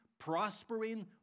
prospering